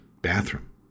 bathroom